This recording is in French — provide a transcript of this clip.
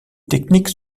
techniques